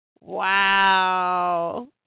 Wow